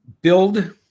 build